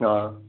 ஆ